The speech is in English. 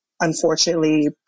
unfortunately